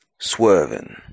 Swerving